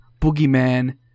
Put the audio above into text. Boogeyman